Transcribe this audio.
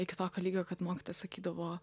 iki tokio lygio kad mokytoja sakydavo